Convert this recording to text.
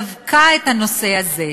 דווקא את הנושא הזה,